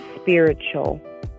spiritual